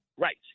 Right